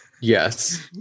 yes